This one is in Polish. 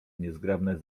niezgrabne